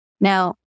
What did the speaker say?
Now